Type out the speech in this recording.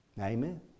Amen